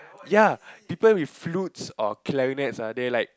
ya people with flutes or clarinets right they like